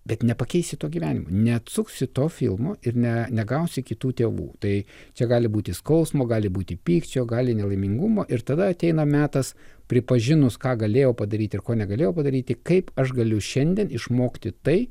bet nepakeisi to gyvenimo neatsuksi to filmo ir ne negausi kitų tėvų tai čia gali būti skausmo gali būti pykčio gali nelaimingumo ir tada ateina metas pripažinus ką galėjau padaryti ir ko negalėjau padaryti kaip aš galiu šiandien išmokti tai